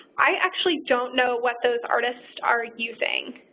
i actually don't know what those artists are using.